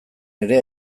ere